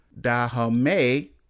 Dahomey